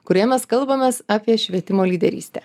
kurioje mes kalbamės apie švietimo lyderystę